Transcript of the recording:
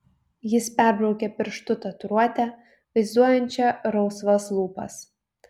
jis perbraukė pirštu tatuiruotę vaizduojančią rausvas lūpas